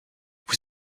vous